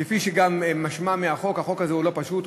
כפי שגם נשמע מהחוק, החוק אינו פשוט.